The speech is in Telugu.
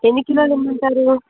ఎన్ని కిలోలు ఇమ్మంటారు